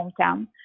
hometown